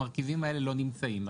המרכיבים האלה לא נמצאים.